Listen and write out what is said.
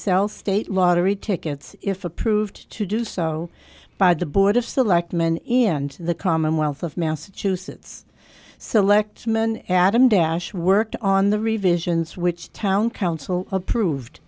sell state lottery tickets if approved to do so by the board of selectmen and the commonwealth of massachusetts selectman adam dash worked on the revisions which town council approved